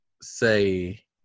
say